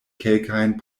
kelkajn